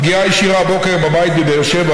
הפגיעה הישירה הבוקר בבית בבאר שבע